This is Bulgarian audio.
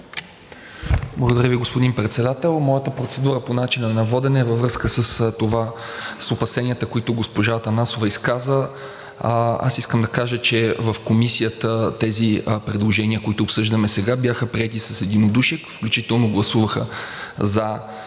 Благодаря Ви, господин Председател. Моята процедура по начина на водене е във връзка с опасенията, които госпожа Атанасова... Аз искам да кажа, че в Комисията тези предложения, които обсъждаме сега, бяха приети с единодушие, включително гласуваха за